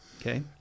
Okay